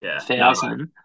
thousand